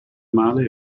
male